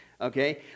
Okay